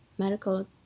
Medical